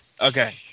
Okay